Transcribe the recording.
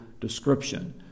description